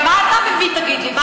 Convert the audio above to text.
מה אתה מבין, תגיד לי?